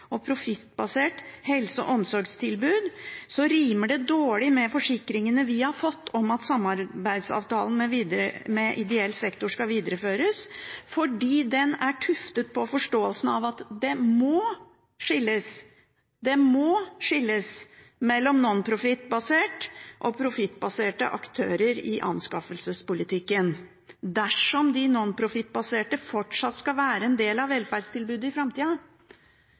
og profittbaserte helse- og omsorgstilbud», rimer det dårlig «med forsikringene vi har fått om at samarbeidsavtalen med ideell sektor skal videreføres», fordi den er «tuftet på forståelsen av at det må skilles mellom nonprofittbaserte og profittbaserte aktører i anskaffelsespolitikken, dersom de nonprofittbaserte fortsatt skal være en del av velferdstilbudet i